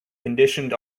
conditioned